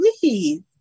Please